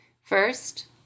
First